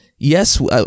Yes